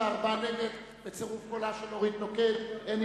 62, בצירוף קולה של אורית נוקד, בעד, 45 נגד.